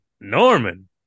Norman